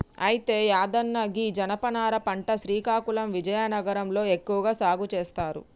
అయితే యాదన్న గీ జనపనార పంట శ్రీకాకుళం విజయనగరం లో ఎక్కువగా సాగు సేస్తారు